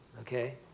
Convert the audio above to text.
Okay